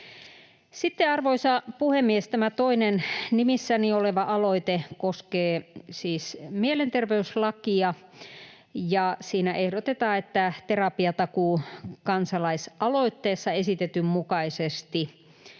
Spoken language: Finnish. arvoisa puhemies, tämä toinen nimissäni oleva aloite koskee mielenterveyslakia, ja siinä ehdotetaan, että Terapiatakuu-kansalaisaloitteessa esitetyn mukaisesti